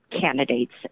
candidates